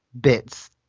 bits